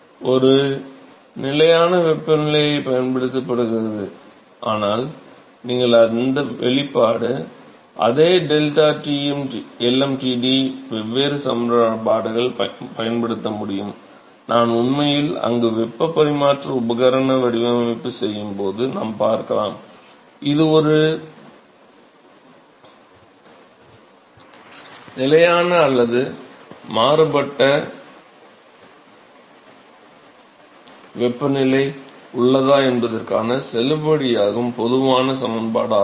ஒரு நிலையான வெப்பநிலை பயன்படுத்தப்படுகிறது ஆனால் நீங்கள் அதே சமன்பாடு அதே ΔT lmtd வெவ்வேறு சமன்பாடுகள் பயன்படுத்த முடியும் நாம் உண்மையில் அங்கு வெப்ப பரிமாற்ற உபகரண வடிவமைப்பு செய்யும் போது நாம் பார்க்கலாம் இது ஒரு நிலையான அல்லது மாறுபட்ட வெப்பநிலை உள்ளதா என்பதற்கு செல்லுபடியாகும் பொதுவான சமன்பாடாகும்